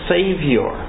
Savior